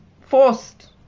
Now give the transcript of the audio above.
forced